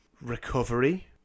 recovery